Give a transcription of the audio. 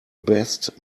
best